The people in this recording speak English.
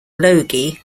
logie